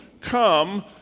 come